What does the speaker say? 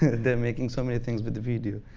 they're making so many things with the video,